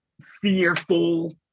fearful